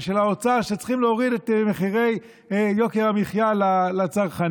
ושל האוצר שצריכים להוריד את יוקר המחיה לצרכנים,